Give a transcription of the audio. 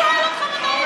מי שואל אותך מתי להתפלל?